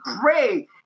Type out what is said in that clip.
pray